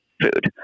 food